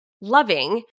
loving